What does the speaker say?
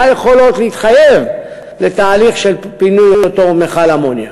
ומה היכולות להתחייב לתהליך של פינוי אותו מכל אמוניה.